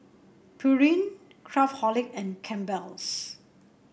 Pureen Craftholic and Campbell's